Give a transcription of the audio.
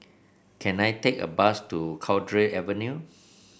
can I take a bus to Cowdray Avenue